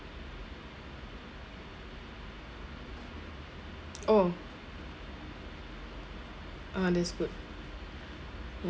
oh ah that's good y~